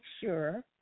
sure